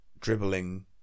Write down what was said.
dribbling